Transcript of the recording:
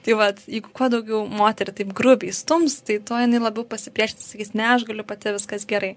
tai vat jeigu kuo daugiau moterį taip grubiai stums tai tuo jinai labiau pasipriešins sakys ne aš galiu pati viskas gerai